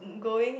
going